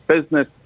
business